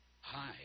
hi